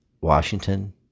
Washington